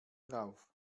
drauf